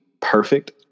perfect